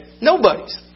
Nobody's